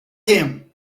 him